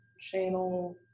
channel